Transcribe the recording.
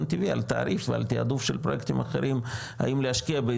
טבעי על תעריף ועל תיעדוף של פרויקטים אחרים,